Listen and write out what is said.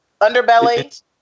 Underbelly